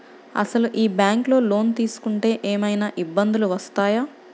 అసలు ఈ బ్యాంక్లో లోన్ తీసుకుంటే ఏమయినా ఇబ్బందులు వస్తాయా?